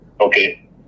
okay